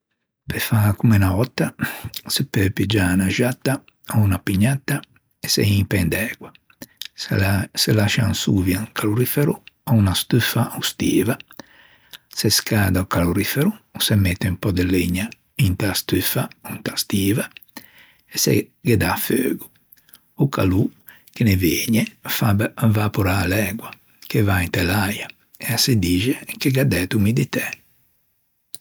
Pe fâ comme unna òtta se peu piggiâ unna xatta ò unna pugnatta e se impen d'ægua. Se lascian sovia à un calorifero o unna stuffa ò stiva, se scada o calorifero ò se mette un pö de legna inta stuffa ò inta stiva e se ghe dà feugo. O calô che ne vëgne, fa evaporâ l'ægua che va inte l'äia e se dixe che gh'à dæto umiditæ.